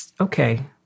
Okay